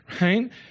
right